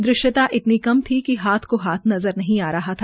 दृश्यता इतनी कम थी कि हाथ को हाथ नज़र नहीं आ रहा था